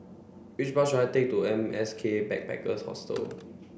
which bus should I take to M S K Backpackers Hostel